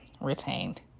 retained